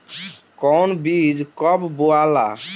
कौन बीज कब बोआला?